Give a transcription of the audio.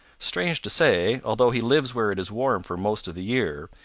strange to say, although he lives where it is warm for most of the year,